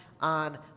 on